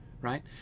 right